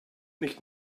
nicht